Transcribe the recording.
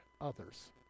others